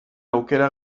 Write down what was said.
aukera